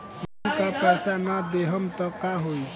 Loan का पैस न देहम त का होई?